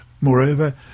Moreover